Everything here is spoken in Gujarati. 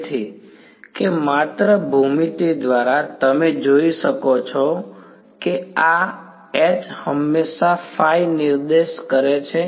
તેથી કે માત્ર ભૂમિતિ દ્વારા તમે જોઈ શકો છો કે આ H હંમેશા નિર્દેશ કરે છે